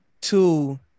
Two